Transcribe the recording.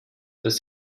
das